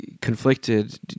conflicted